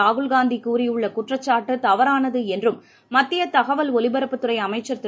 ராகுல் காந்தி கூறியுள்ள குற்றச்சாட்டு தவறானது என்றும் மத்திய தகவல் ஒலிபரப்புத் துறை அமைச்சர் திரு